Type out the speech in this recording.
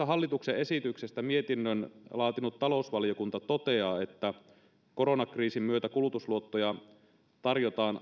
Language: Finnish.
hallituksen esityksestä mietinnön laatinut talousvaliokunta toteaa että koronakriisin myötä kulutusluottoja tarjotaan